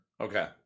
Okay